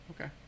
okay